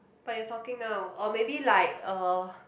but you're talking now or maybe like uh